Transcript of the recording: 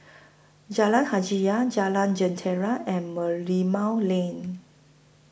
Jalan Hajijah Jalan Jentera and Merlimau Lane